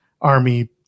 army